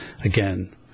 again